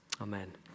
amen